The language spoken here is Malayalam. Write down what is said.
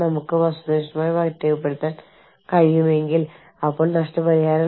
ജീവനക്കാർ തങ്ങൾക്കുവേണ്ടി വളരെ വ്യക്തമായി നിർവചിച്ചിരിക്കുന്ന തൊഴിൽ പാത ആഗ്രഹിക്കുന്നു